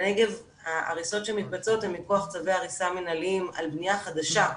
בנגב ההריסות שמתבצעות הן מכח צווי הריסה מינהליים על בניה חדשה,